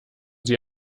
sie